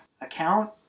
account